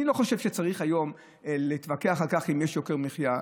אני לא חושב שצריך היום להתווכח אם יש יוקר מחיה.